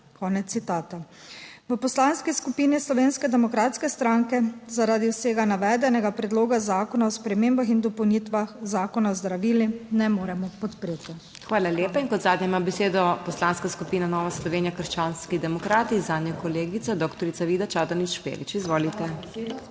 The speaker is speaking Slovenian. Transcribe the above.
konec citata. V Poslanski skupini Slovenske demokratske stranke zaradi vsega navedenega Predloga zakona o spremembah in dopolnitvah Zakona o zdravilih ne moremo podpreti. PODPREDSEDNICA MAG. MEIRA HOT: Hvala lepa. In kot zadnja ima besedo Poslanska skupina Nova Slovenija - krščanski demokrati, zanjo kolegica doktorica Vida Čadonič Špelič, izvolite.